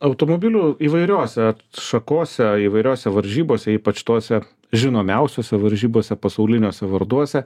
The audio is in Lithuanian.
automobilių įvairiose šakose įvairiose varžybose ypač tose žinomiausiose varžybose pasauliniuose varduose